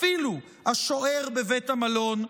אפילו השוער בבית המלון,